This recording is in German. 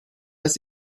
das